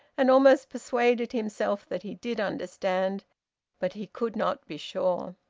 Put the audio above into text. and almost persuaded himself that he did understand but he could not be sure.